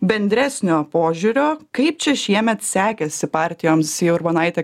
bendresnio požiūrio kaip čia šiemet sekėsi partijoms į urbonaitę